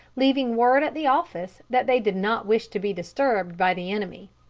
leaving word at the office that they did not wish to be disturbed by the enemy.